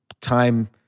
time